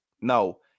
No